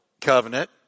covenant